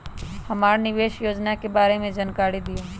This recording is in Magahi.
हमरा निवेस योजना के बारे में जानकारी दीउ?